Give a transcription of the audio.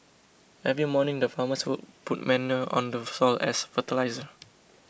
every morning the farmers would put manure on the soil as fertiliser